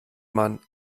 man